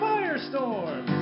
Firestorm